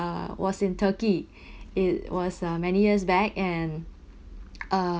uh was in turkey it was uh many years back and